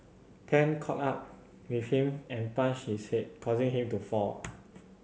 Tan caught up with him and punched his head causing him to fall